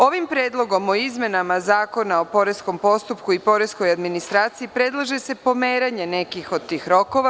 Ovim predlogom o izmenama Zakona o poreskom postupku i poreskoj administraciji predlaže se pomeranje nekih rokova.